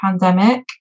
pandemic